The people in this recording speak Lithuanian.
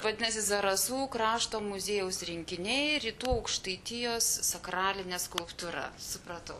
vadinasi zarasų krašto muziejaus rinkiniai rytų aukštaitijos sakralinė skulptūra supratau